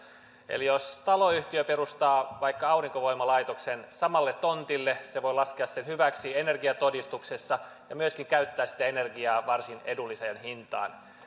eli jos taloyhtiö perustaa vaikka aurinkovoimalaitoksen samalle tontille se voi laskea sen hyväksi energiatodistuksessa ja myöskin käyttää sitä energiaa varsin edulliseen hintaan